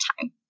time